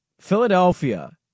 Philadelphia